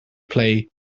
play